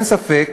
אין ספק